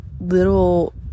little